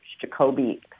Jacoby